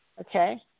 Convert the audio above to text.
okay